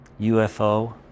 UFO